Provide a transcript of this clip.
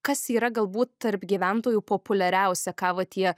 kas yra galbūt tarp gyventojų populiariausia ką va tie